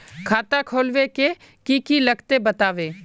खाता खोलवे के की की लगते बतावे?